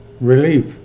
relief